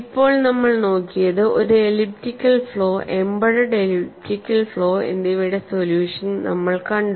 ഇപ്പോൾ നമ്മൾ നോക്കിയത് ഒരു elliptical flow embedded elliptical flow എന്നിവയുടെ സൊല്യൂഷൻ നമ്മൾ കണ്ടു